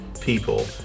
people